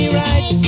right